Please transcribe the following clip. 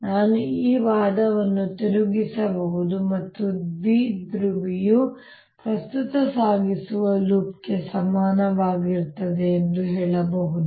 ನಾನು ಈ ವಾದವನ್ನು ತಿರುಗಿಸಬಹುದು ಮತ್ತು ದ್ವಿಧ್ರುವಿಯು ಪ್ರಸ್ತುತ ಸಾಗಿಸುವ ಲೂಪ್ಗೆ ಸಮನಾಗಿರುತ್ತದೆ ಎಂದು ಹೇಳಬಹುದು